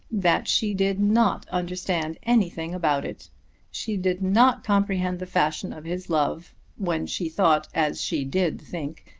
that she did not understand anything about it she did not comprehend the fashion of his love when she thought, as she did think,